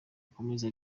akomeza